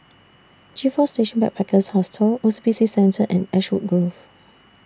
G four Station Backpackers Hostel O C B C Centre and Ashwood Grove